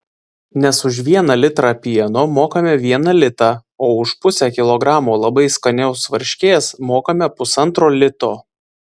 nes už vieną litrą pieno mokame vieną litą o už pusę kilogramo labai skanios varškės mokame pusantro lito